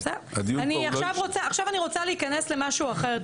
עכשיו אני רוצה להיכנס למשהו אחר.